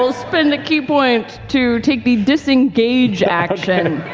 so spend a ki point to take the disengage action.